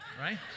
right